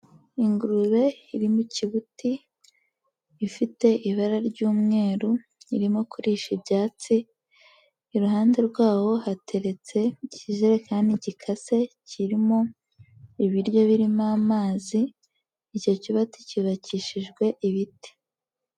Ingurube iri mu kibuti, ifite ibara ry'umweru, irimo kurisha ibyatsi, iruhande rwaho hateretse ikijerekani gikase kirimo ibiryo birimo amazi, icyo kibuti cyubakishijwe ibiti.